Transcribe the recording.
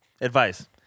advice